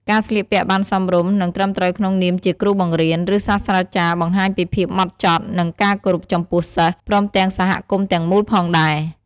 ការស្លៀកពាក់់បានសមរម្យ និង ត្រឹមត្រូវក្នុងនាមជាគ្រូបង្រៀន ឬសាស្ត្រាចារ្យបង្ហាញពីភាពហ្មត់ចត់ និង ការគោរពចំពោះសិស្ស ព្រមទាំងសហគមន៍ទាំងមូលផងដែរ។